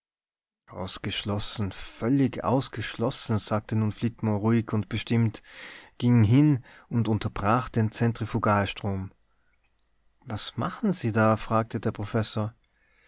ausgeschlossen völlig ausgeschlossen sagte nun flitmore ruhig und bestimmt ging hin und unterbrach den zentrifugalstrom was machen sie da frug der professor